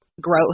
growth